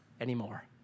anymore